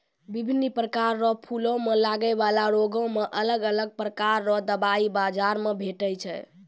बिभिन्न प्रकार रो फूलो मे लगै बाला रोगो मे अलग अलग प्रकार रो दबाइ बाजार मे भेटै छै